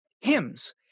hymns